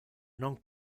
non